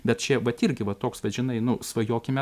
bet čia vat irgi va toks vat žinai nu svajokime